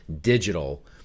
digital